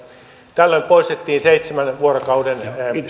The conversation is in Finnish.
tällöin poistettiin seitsemän vuorokauden